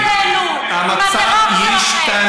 אל תאיימו עלינו, המצב ישתנה.